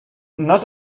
not